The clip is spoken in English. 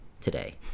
Today